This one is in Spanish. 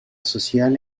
social